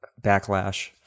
backlash